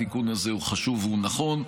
התיקון הזה הוא חשוב והוא נכון.